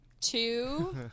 Two